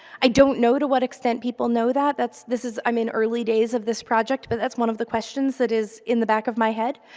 i don't know to what extent people know that. that's this is, i mean, early days of this project, but that's one of the questions that is in the back of my head.